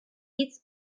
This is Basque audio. hitz